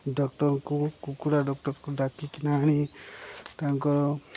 ଡକ୍ଟରଙ୍କୁ କୁକୁଡ଼ା ଡକ୍ଟରକୁ ଡାକିକିନା ଆଣି ତାଙ୍କର